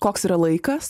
koks yra laikas